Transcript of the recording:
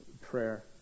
prayer